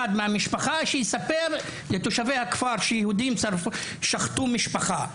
מהמשפחה שיספר לתושבי הכפר שיהודים שחטו משפחה.